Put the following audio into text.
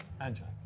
Angela